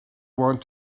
want